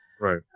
Right